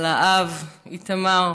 על האב איתמר,